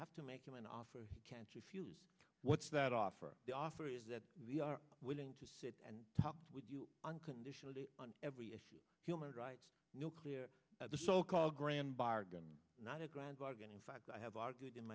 have to make him an offer he can't refuse what's that offer the offer is that we are willing to sit and talk with you unconditionally on every issue human rights nuclear at the so called grand bargain not a grand bargain in fact i have argued in